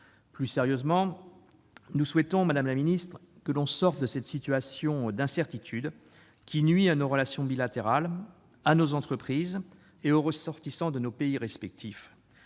Plus sérieusement, nous souhaitons, madame la secrétaire d'État, que l'on sorte de cette situation d'incertitude, qui nuit à nos relations bilatérales, à nos entreprises et aux ressortissants de nos pays respectifs.